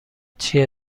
چیه